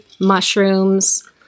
mushrooms